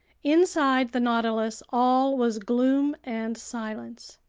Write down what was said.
inside the nautilus all was gloom and silence.